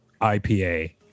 ipa